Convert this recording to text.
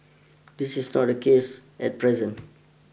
this is not the case at present